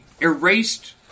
erased